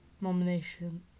nomination